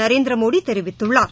நரேந்திரமோடி தெரிவித்துள்ளார்